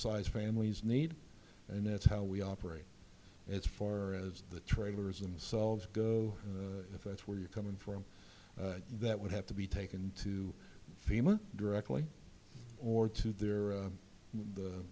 sized families need and that's how we operate as far as the trailers themselves go and if that's where you're coming from that would have to be taken to fema directly or to there are the